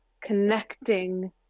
connecting